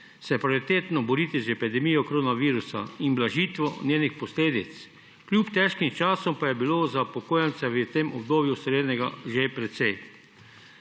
prioritetno boriti z epidemijo koronavirusa in blažitvijo njenih posledic. Kljub težkim časom pa je bilo za upokojence v tem obdobju storjenega že precej.